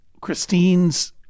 Christine's